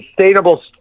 sustainable